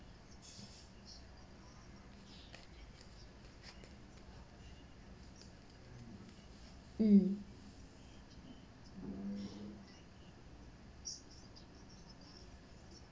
mm